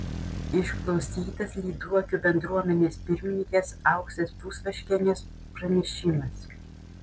išklausytas lyduokių bendruomenės pirmininkės auksės pusvaškienės pranešimas